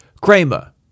Kramer